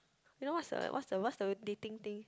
you know what's the what's the what's the dating thing